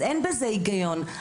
אז אין בזה היגיון,